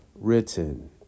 written